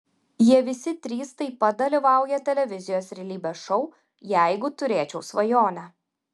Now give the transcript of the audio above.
jie visi trys taip pat dalyvauja televizijos realybės šou jeigu turėčiau svajonę